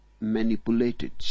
manipulated